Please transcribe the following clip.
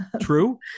True